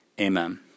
Amen